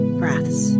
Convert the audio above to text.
breaths